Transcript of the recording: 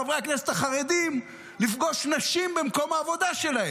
חברי הכנסת החרדים לפגוש נשים במקום העבודה שלהם?